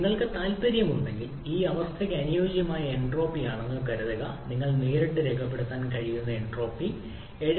നിങ്ങൾക്ക് താൽപ്പര്യമുണ്ടെങ്കിൽ ഈ അവസ്ഥയ്ക്ക് അനുയോജ്യമായ എൻട്രോപ്പിയാണെന്ന് കരുതുക നിങ്ങൾക്ക് നേരിട്ട് രേഖപ്പെടുത്താൻ കഴിയുന്ന എൻട്രോപ്പി 7